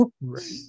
right